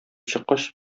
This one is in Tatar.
чыккач